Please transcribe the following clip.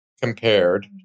compared